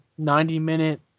90-minute